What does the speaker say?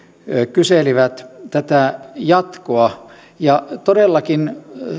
kyselivät tätä jatkoa todellakin